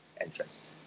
entrance